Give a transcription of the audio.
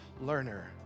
learner